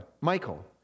Michael